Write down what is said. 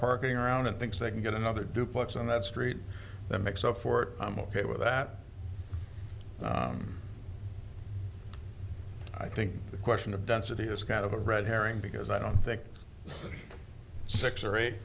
parking around and thinks they can get another duplex on that street that makes up for it i'm ok with that i think the question of density is kind of a red herring because i don't think six or eight